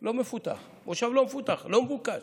לא מפותח, מושב לא מפותח, לא מבוקש.